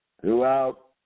Throughout